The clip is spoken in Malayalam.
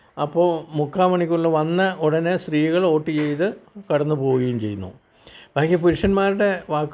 അപ്പോൾ മുക്കാൽ മണിക്കൂറിൽ വന്ന ഉടനെ സ്ത്രീകൾ വോട്ട് ചെയ്ത് കടന്ന് പോകുകയും ചെയ്യുന്നു ബാക്കി പുരുഷന്മാരുടെ